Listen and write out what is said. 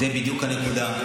זאת בדיוק הנקודה.